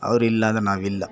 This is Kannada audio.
ಅವ್ರು ಇಲ್ಲಂದ್ರೆ ನಾವಿಲ್ಲ